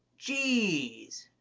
Jeez